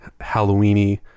Halloween-y